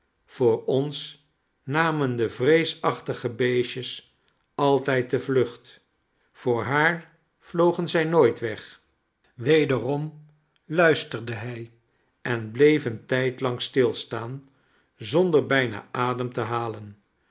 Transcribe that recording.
voor ons namen de vreesachtige beestjes altijd de vlucht voor haar vlogen zij nooit weg wederom luisterde hij en bleef een tijd lang stilstaan zonder bijna adem te halen